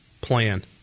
plan